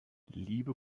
liebe